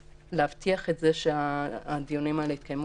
להבטיח את זה שהדיונים האלה יתקיימו